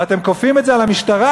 ואתם כופים את זה על המשטרה.